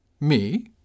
Me